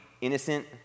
innocent